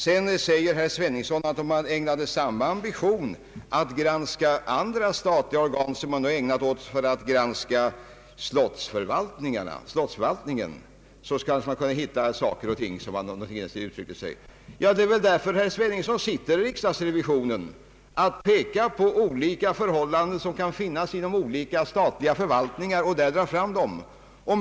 Sedan säger herr Sveningsson att om man ägnade samma ambition åt att granska andra statliga organ som man har ägnat åt att granska slottsförvaltningen kunde man kanske hitta vissa saker och ting. Herr Sveningsson sitter väl i riksrevisionen för att just peka på förhållanden inom skilda statliga förvaltningar och dra fram dem för granskning?